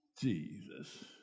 Jesus